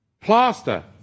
Plaster